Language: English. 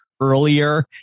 Earlier